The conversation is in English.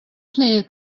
player